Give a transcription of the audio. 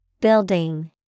Building